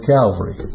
Calvary